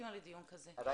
אני